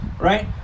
right